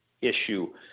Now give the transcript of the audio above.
issue